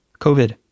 COVID